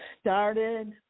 started